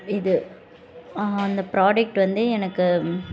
இது அந்த ப்ராடக்ட் வந்து எனக்கு